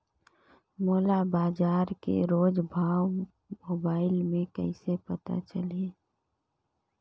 मोला बजार के रोज भाव मोबाइल मे कइसे पता चलही?